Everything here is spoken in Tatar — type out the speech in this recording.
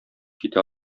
китә